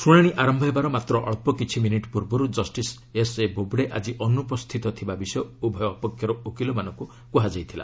ଶୁଣାଣି ଆରମ୍ଭ ହେବାର ମାତ୍ର ଅଳ୍ପ କିଛି ମିନିଟ୍ ପୂର୍ବରୁ ଜଷ୍ଟିସ୍ ଏସ୍ଏ ବୋବଡ଼େ ଆକି ଅନୁପସ୍ଥିତ ଥିବା ବିଷୟ ଉଭୟ ପକ୍ଷର ଓକିଲମାନଙ୍କୁ କୁହାଯାଇଥିଲା